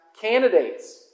candidates